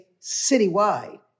citywide